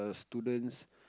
students